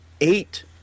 eight